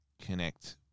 connect